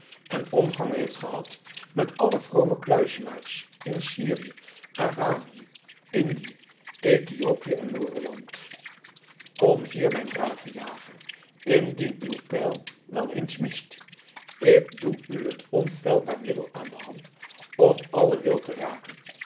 en omgang heeft gehad met alle vrome kluizenaars in syrië arabië indië ethiopië en moorenland kom hier mijn brave jager indien uw pijl wel eens mist ik doe u het onfeilbaar middel aan de hand om alle wild te raken